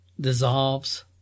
dissolves